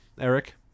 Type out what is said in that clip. Eric